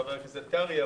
חבר הכנסת קרעי,